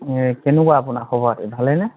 এই কেনেকুৱা আপোনাৰ খবৰ খাতি ভালেইনে